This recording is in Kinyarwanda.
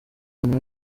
abantu